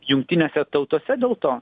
jungtinėse tautose dėl to